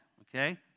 okay